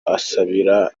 asabira